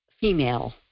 female